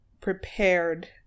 prepared